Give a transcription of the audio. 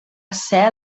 ser